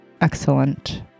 Excellent